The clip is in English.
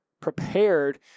prepared